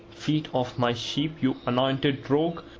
feet off my sheep, you anointed rogue!